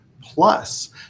plus